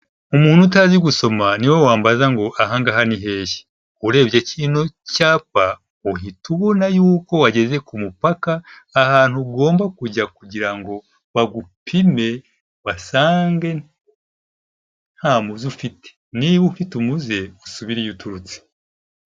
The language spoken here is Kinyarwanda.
Umuntu utazi gusoma, ni we wambaza ngo ahangaha ni hehe. Urebye kino cyapa, uhita ubona yuko wageze ku mupaka. Nta hantu ugomba kujya kugira ngo bagupime, basange nta muzi ufite. Niba ufite umuze, usubireyo uturutse.